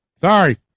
sorry